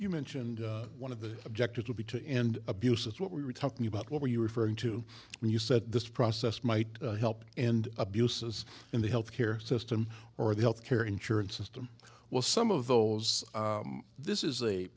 you mentioned one of the objectives would be to end abuse is what we were talking about what were you referring to when you said this process might help and abuses in the health care system or the health care insurance system well some of those this is a